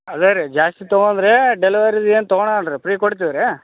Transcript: ಅದೇ ರೀ ಜಾಸ್ತಿ ತಗೊಂಡರೆ ಡೆಲಿವರಿ ಏನು ತೊಗೊಳಲ್ ರೀ ಫ್ರೀ ಕೊಡ್ತೀವಿ ರೀ